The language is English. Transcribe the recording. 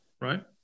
right